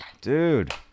Dude